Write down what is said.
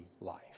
life